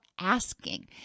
asking